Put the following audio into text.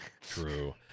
true